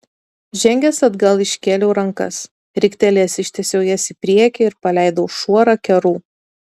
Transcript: žengęs atgal iškėliau rankas riktelėjęs ištiesiau jas į priekį ir paleidau šuorą kerų